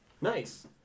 Nice